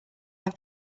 have